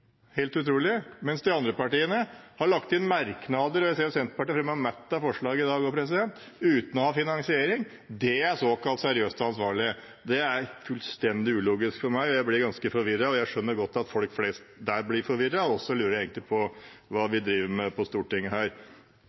helt utrolig, mens de andre partiene har lagt inn merknader – og jeg ser at Senterpartiet har fremmet mange forslag i dag – uten å ha finansiering. Dét er såkalt seriøst og ansvarlig. Det er fullstendig ulogisk for meg, og jeg blir ganske forvirret, og jeg skjønner godt at folk flest blir forvirret – og så lurer jeg på hva vi egentlig driver med her på Stortinget.